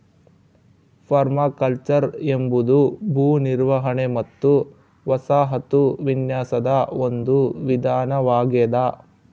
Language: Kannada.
ಪರ್ಮಾಕಲ್ಚರ್ ಎಂಬುದು ಭೂ ನಿರ್ವಹಣೆ ಮತ್ತು ವಸಾಹತು ವಿನ್ಯಾಸದ ಒಂದು ವಿಧಾನವಾಗೆದ